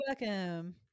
welcome